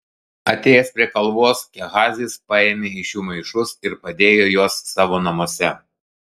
atėjęs prie kalvos gehazis paėmė iš jų maišus ir padėjo juos savo namuose